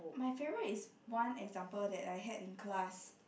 my favourite is one example that I had in class